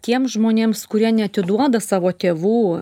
tiems žmonėms kurie neatiduoda savo tėvų